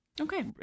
Okay